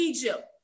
Egypt